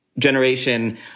generation